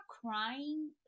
crying